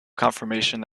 confirmation